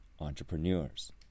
entrepreneurs